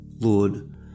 Lord